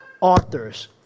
authors